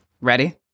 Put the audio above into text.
Ready